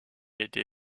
été